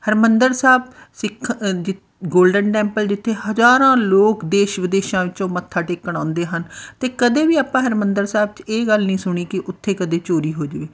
ਹਰਿਮੰਦਰ ਸਾਹਿਬ ਸਿੱਖ ਅ ਜਿਥ Golden Temple ਜਿੱਥੇ ਹਜ਼ਾਰਾਂ ਲੋਕ ਦੇਸ਼ ਵਿਦੇਸ਼ਾਂ ਵਿੱਚੋਂ ਮੱਥਾ ਟੇਕਣ ਆਉਂਦੇ ਹਨ ਅਤੇ ਕਦੇ ਵੀ ਆਪਾਂ ਹਰਿਮੰਦਰ ਸਾਹਿਬ 'ਚ ਇਹ ਗੱਲ ਨਹੀਂ ਸੁਣੀ ਕਿ ਉੱਥੇ ਕਦੇ ਚੋਰੀ ਹੋ ਜਾਵੇ